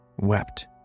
wept